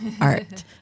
art